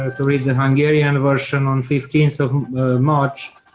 ah to read the hungarian version on fifteenth so march.